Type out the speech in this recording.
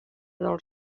del